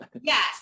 Yes